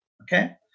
okay